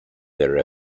their